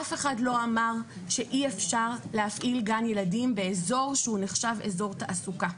אף אחד לא אמר שאי אפשר להפעיל גן ילדים באיזור שנחשב איזור תעסוקה.